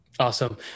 Awesome